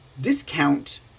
discount